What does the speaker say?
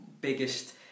biggest